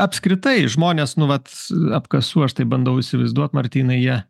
apskritai žmonės nu vat apkasų aš taip bandau įsivaizduot martynai jie